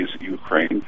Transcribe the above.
ukraine